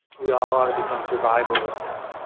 we all ought to become survivalists,